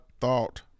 thought